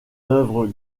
œuvre